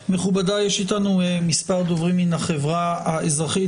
מכובדיי, יש אתנו מספר דוברים מהחברה האזרחית.